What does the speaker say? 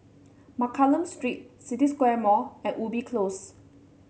Mccallum Street City Square Mall and Ubi Close